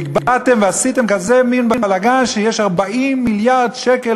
באתם ועשיתם כזה מין בלגן שיש 40 מיליארד שקל